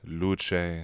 luce